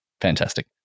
Fantastic